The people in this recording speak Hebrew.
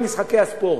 במשחקי הספורט.